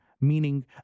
meaning